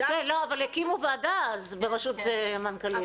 לא, אבל הקימו ועדה אז בראשות המנכ"לית.